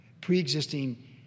pre-existing